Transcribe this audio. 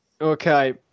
Okay